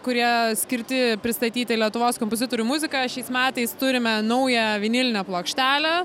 kurie skirti pristatyti lietuvos kompozitorių muziką šiais metais turime naują vinilinę plokštelę